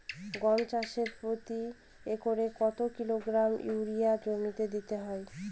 গম চাষে প্রতি একরে কত কিলোগ্রাম ইউরিয়া জমিতে দিতে হয়?